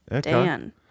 Dan